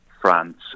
France